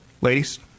ladies